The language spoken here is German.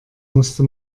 musste